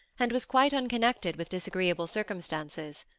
and was quite unconnected with disagreeable circumstances.